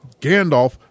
Gandalf